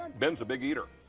and ben is a big eater.